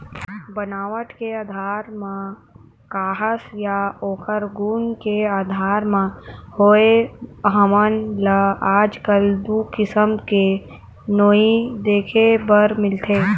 बनावट के आधार म काहस या ओखर गुन के आधार म होवय हमन ल आजकल दू किसम के नोई देखे बर मिलथे